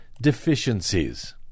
deficiencies